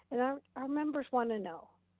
and our members wanna know,